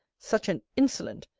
such an insolent,